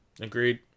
Agreed